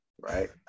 right